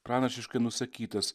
pranašiškai nusakytas